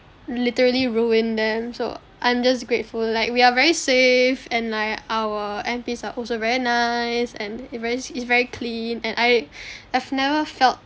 literally ruined them so I'm just grateful like we are very safe and like our M_Ps are also very nice and it's very it's very clean and I have never felt